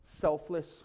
selfless